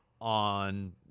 on